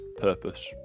purpose